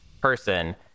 person